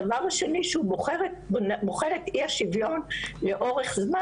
הדבר השני זה שהוא בוחר את אי השוויון לאורך זמן,